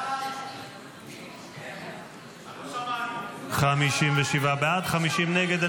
57 בעד, 50 נגד.